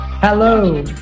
Hello